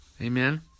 Amen